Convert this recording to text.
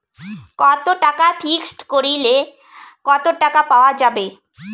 কত টাকা ফিক্সড করিলে কত টাকা পাওয়া যাবে?